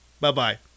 Bye-bye